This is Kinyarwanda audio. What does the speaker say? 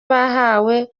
bahaye